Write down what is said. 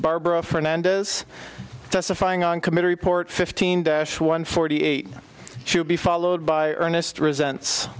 barbara fernandez testifying on committee report fifteen dash one forty eight should be followed by ernest resents